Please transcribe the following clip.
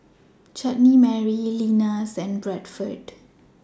Chutney Mary Lenas and Bradford